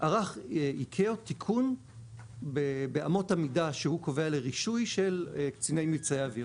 ערך ICAO תיקון באמות המידה שהוא קובע לרישוי של קציני מבצעי אויר.